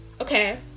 okay